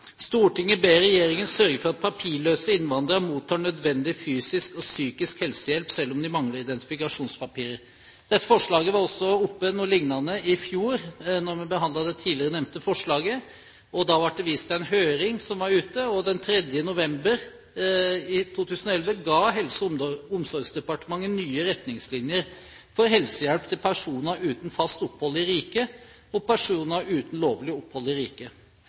ber regjeringen sørge for at papirløse innvandrere mottar nødvendig fysisk og psykisk helsehjelp, selv om de mangler identifikasjonspapirer.» Et lignende forslag var oppe i fjor da vi behandlet det tidligere nevnte forslaget. Da ble det vist til en høring. Den 3. november 2011 ga Helse- og omsorgsdepartementet nye retningslinjer for helsehjelp til personer uten fast opphold i riket og personer uten lovlig opphold i